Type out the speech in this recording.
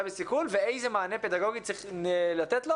בסיכון ואיזה מענה פדגוגי צריך לתת לו.